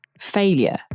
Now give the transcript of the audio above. failure